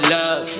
love